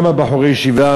למה בחורי ישיבה,